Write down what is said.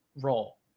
role